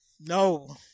no